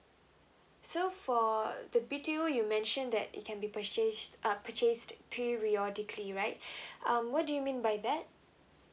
so for the B_T_O you mentioned that it can be purchased uh purchased periodically right um what do you mean by that